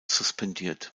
suspendiert